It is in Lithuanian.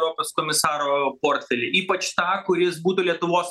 europos komisaro portfelį ypač tą kuris būtų lietuvos